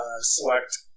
select